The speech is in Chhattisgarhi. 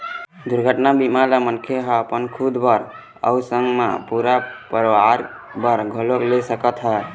दुरघटना बीमा ल मनखे ह अपन खुद बर अउ संग मा पूरा परवार बर घलोक ले सकत हे